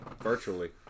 virtually